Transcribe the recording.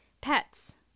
pets